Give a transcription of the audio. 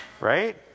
right